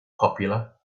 popular